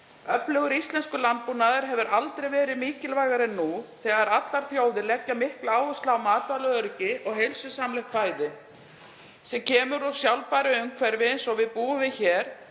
Öflugur íslenskur landbúnaður hefur aldrei verið mikilvægari en nú þegar allar þjóðir leggja mikla áherslu á matvælaöryggi og heilsusamlegt fæði sem kemur úr sjálfbæru umhverfi, eins og við búum við hér